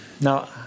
Now